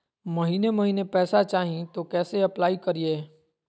महीने महीने पैसा चाही, तो कैसे अप्लाई करिए?